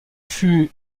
fut